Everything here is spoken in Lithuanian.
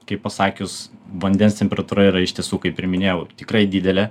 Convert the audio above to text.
kaip pasakius vandens temperatūra yra iš tiesų kaip ir minėjau tikrai didelė